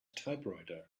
typewriter